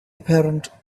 apparent